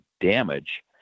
damage